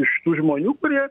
iš tų žmonių kurie